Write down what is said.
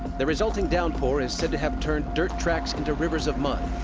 the resulting downpour is said to have turned dirt tracks into rivers of mud,